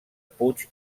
puig